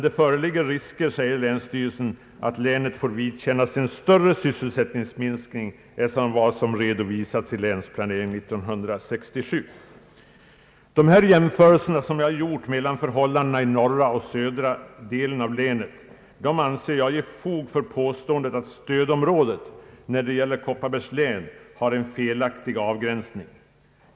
Det föreligger emellertid risker, säger länsstyrelsen, att länet får vidkännas en större sysselsättningsminskning än vad som har redovisats i länsplanering 1967. De jämförelser som jag här har gjort mellan förhållandena i norra och södra delen av länet anser jag ger fog för påståendet att stödområdet när det gäller Kopparbergs län har en felaktig avgränsning.